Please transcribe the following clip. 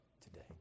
today